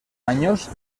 años